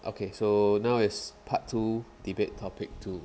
okay so now is part two debate topic two